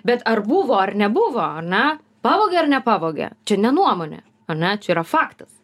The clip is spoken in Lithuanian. bet ar buvo ar nebuvo ar ne pavogė ar nepavogė čia ne nuomonė ane čia yra faktas